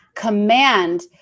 command